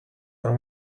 اما